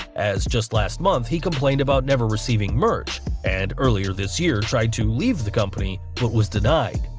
as just last month he complained about never receiving merch and earlier this year tried to leave the company but was denied.